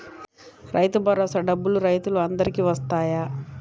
రైతు భరోసా డబ్బులు రైతులు అందరికి వస్తాయా?